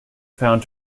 found